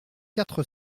quatre